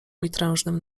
mitrężnym